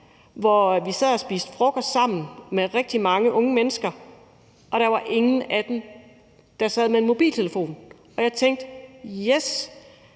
hvor vi sad og spiste frokost sammen med rigtig mange unge mennesker. Der var ingen af dem, der sad med en mobiltelefon, og jeg tænkte: Yes,